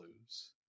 lose